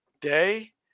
day